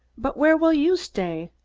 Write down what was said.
but where will you stay?